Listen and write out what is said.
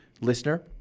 listener